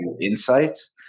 insights